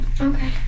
okay